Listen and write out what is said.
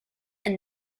and